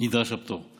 נדרש הפטור,